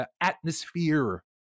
atmosphere